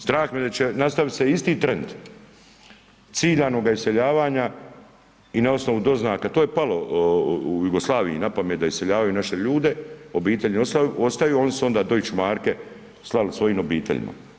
Strah me da će nastaviti se isti trend ciljanoga iseljavanja i na osnovu doznaka, to je palo u Jugoslaviji na pamet da iseljavaju naše ljude, obitelji ostaju, onda su oni deutsche marke slali svojim obiteljima.